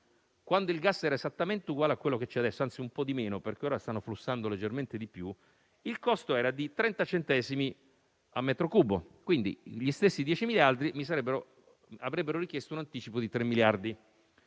quando il gas era esattamente uguale a quello che c'è adesso, anzi un po' di meno, perché ora stanno flussando leggermente di più, il costo era di 30 centesimi a metro cubo. Quindi, gli stessi 10 miliardi avrebbero richiesto un anticipo di 3 miliardi.